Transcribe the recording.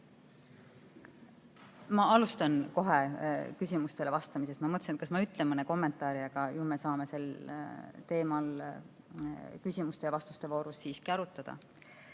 Ma alustan kohe küsimustele vastamisest. Ma mõtlesin, kas ma ütlen mõne kommentaari, aga ju me saame sel teemal ka küsimuste ja vastuste voorus arutada.